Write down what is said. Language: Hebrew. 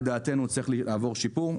לדעתנו צריך לעבור שיפור.